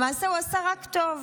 למעשה הוא עשה רק טוב.